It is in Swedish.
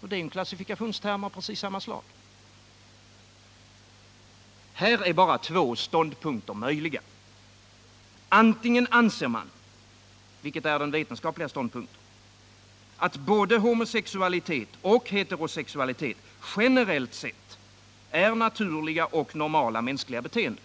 Det är juren klassifikationsterm av precis samma slag. Här är bara två ståndpunkter möjliga. Antingen anser man — vilket är den vetenskapliga ståndpunkten — att både homosexualitet och heterosexualitet generellt sett är naturliga och normala mänskliga beteenden.